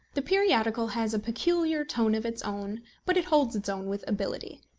the periodical has a peculiar tone of its own but it holds its own with ability,